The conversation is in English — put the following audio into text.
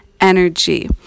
energy